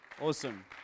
Awesome